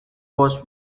was